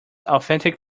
authentic